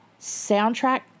soundtrack